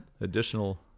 Additional